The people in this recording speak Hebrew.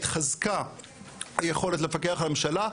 התחזקה היכולת לפקח על הממשלה,